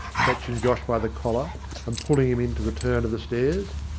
catching josh by the collar and pulling him into the turn of the stairs.